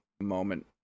moment